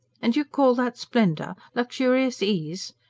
and you call that splendour luxurious ease?